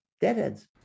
Deadheads